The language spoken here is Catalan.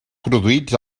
produïts